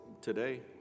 today